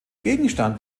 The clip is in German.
gegenstand